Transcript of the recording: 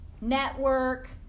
network